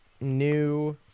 new